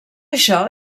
això